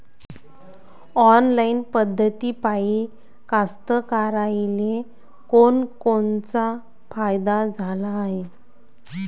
Online पद्धतीपायी कास्तकाराइले कोनकोनचा फायदा झाला हाये?